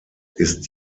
ist